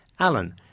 Alan